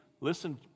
Listen